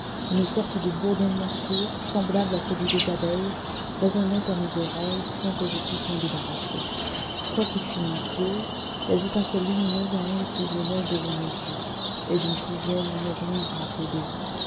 une sorte de bourdonnement sourd semblable à celui des abeilles résonnait à mes oreilles sans que je pusse m'en débarrasser quoiqu'il fît nuit close des étincelles lumineuses allaient et venaient devant mes yeux et je ne pouvais me rien rappeler